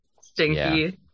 Stinky